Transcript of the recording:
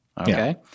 Okay